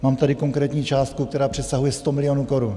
Mám tady konkrétní částku, která přesahuje 100 milionů korun.